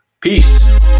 Peace